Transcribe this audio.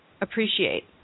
appreciate